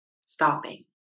stopping